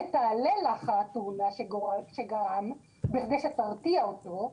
שתעלה לאחר התאונה שגרם כדי שתרתיע אותו,